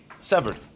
severed